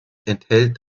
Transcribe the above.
enthält